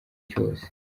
cyose